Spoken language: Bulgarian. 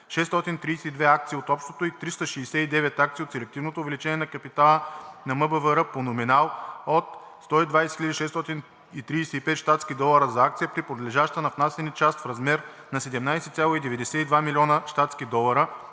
632 акции от Общото и 369 акции от Селективното увеличение на капитала на МБВР по номинал от 120 635 щатски долара за акция, при подлежаща на внасяне част в размер на 17,92 млн. щатски долара;